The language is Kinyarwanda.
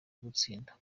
gutsinda